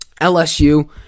LSU